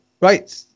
Right